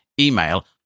email